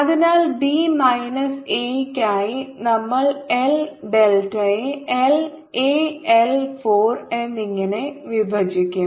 അതിനാൽ B minus A യ്ക്കായി നമ്മൾ എൽ ഡെൽറ്റയെ L a L 4 എന്നിങ്ങനെ വിഭജിക്കും